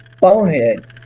bonehead